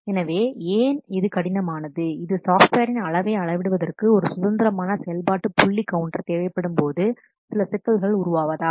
எனவே ஏன் இது கடினமானது இது சாஃப்ட்வேரின் அளவை அளவிடுவதற்கு ஒரு சுதந்திரமான செயல்பாட்டு புள்ளி கவுண்டர் தேவைப்படும்போது சில சிக்கல்கள் உருவாவதால்